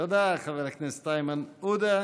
תודה לחבר הכנסת איימן עודה.